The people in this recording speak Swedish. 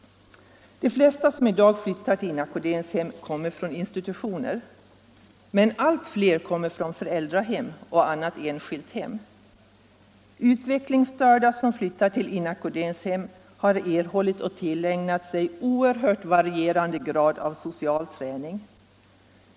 De flesta som i dag flyttar till inackorderingshem kommer från institutioner, men allt fler kommer från föräldrahem eller annat enskilt hem. Utvecklingsstörda som flyttar till inackorderingshem har erhållit och tillägnat sig oerhört varierande grad av social träning.